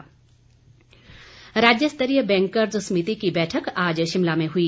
bankers समिति राज्य स्तरीय बैंकर्स समिति की बैठक आज शिमला में हुई